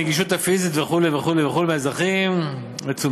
הנגישות הפיזית וכו' וכו' וכו' מהאזרחים מצומצמת.